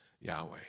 Yahweh